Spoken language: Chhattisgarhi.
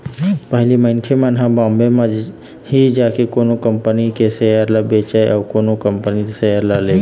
पहिली मनखे मन ह बॉम्बे म ही जाके कोनो कंपनी के सेयर ल बेचय अउ कोनो कंपनी के सेयर ल लेवय